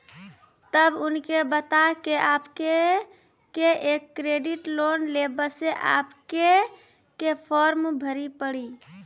तब उनके बता के आपके के एक क्रेडिट लोन ले बसे आपके के फॉर्म भरी पड़ी?